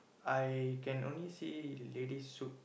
I can only see ladies suit